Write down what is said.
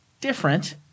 different